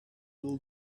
will